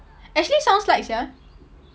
actually sounds like sia